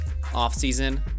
offseason